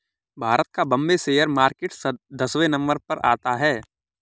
भारत का Bombay share market दसवें number पर आता है